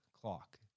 clock